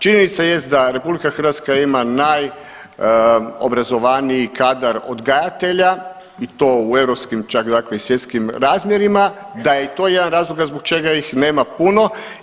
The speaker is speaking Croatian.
Činjenica jest da RH ima najobrazovaniji kadar odgajatelja i to u europskim čak dakle i svjetskim razmjerima, da je i to jedan od razloga zbog čega ih nema puno.